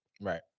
Right